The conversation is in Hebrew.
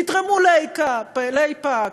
תתרמו לאיפא"ק,